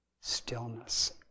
stillness